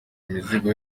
imizigo